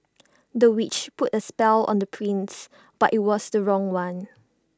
the witch put A spell on the prince but IT was the wrong one